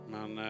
Men